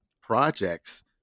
projects